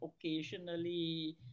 occasionally